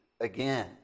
again